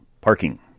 Parking